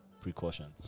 precautions